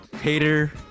hater